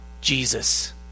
Jesus